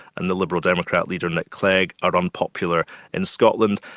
and the liberal democrat leader nick clegg are unpopular in scotland,